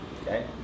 Okay